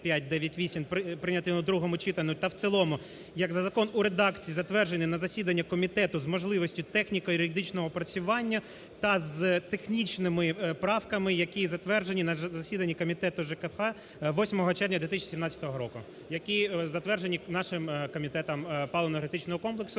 5598, прийнятий у другому читанні та в цілому як за закон у редакції, затвердженій на засіданнях комітету з можливістю техніко-юридичного опрацювання та з технічними правками, які затверджені на засіданні Комітету ЖКГ 8 червня 2017 року, які затверджені нашим Комітетом паливно-енергетичного комплексу,